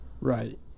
Right